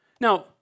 Now